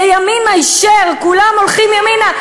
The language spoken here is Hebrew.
הקשבתי להם.